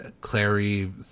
Clary